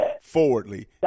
forwardly